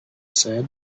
said